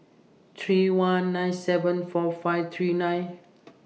three one nine seven four five three nine